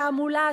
תעמולה,